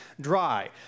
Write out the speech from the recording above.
dry